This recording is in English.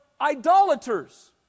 idolaters